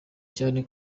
cyane